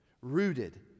rooted